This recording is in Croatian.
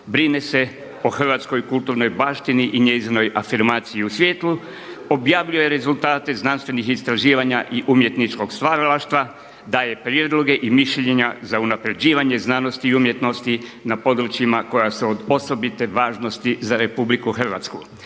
brine se o hrvatskoj kulturnoj baštini i njezinoj afirmaciji u svijetu, objavljuje rezultate znanstvenih istraživanja i umjetničkog stvaralaštva, da je prijedloge i mišljenja za unaprjeđivanje znanosti i umjetnosti na područjima koja su od osobite važnosti za Republiku Hrvatsku.